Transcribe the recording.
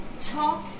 talk